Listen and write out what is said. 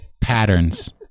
Patterns